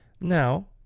Now